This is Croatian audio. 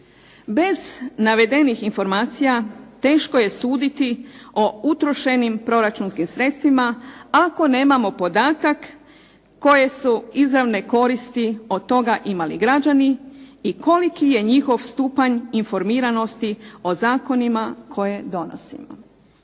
Bez navedenih informacija teško je suditi o utrošenim proračunskim sredstvima ako nemamo podatak koje su izravne koristi od toga imali građani i koliki je njihov stupanj informiranosti o zakonima koje donosimo.